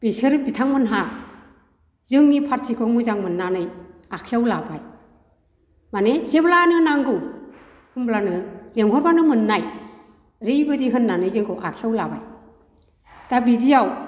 बिसोर बिथांमोनहा जोंनि फारथिखौ मोजां मोननानै आखायाव लाबाय मानि जेब्लानो नांगौ होमब्लानो लिंहरबानो मोननाय ओरैबायदि होननानै जोंखौ आखायाव लाबाय दा बिदियाव